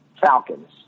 Falcons